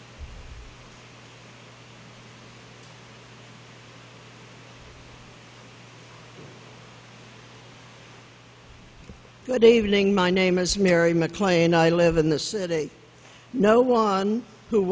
e good evening my name is mary maclean i live in the city no one who